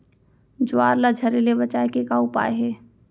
ज्वार ला झरे ले बचाए के का उपाय हे?